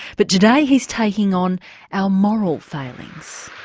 but today he's taking on our moral failings.